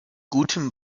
gutem